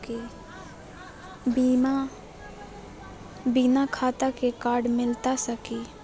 बिना खाता के कार्ड मिलता सकी?